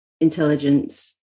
intelligence